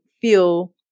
feel